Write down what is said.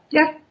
yeah,